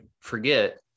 forget